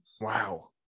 Wow